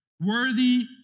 Worthy